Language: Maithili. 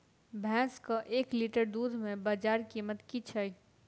भैंसक एक लीटर दुध केँ बजार कीमत की छै?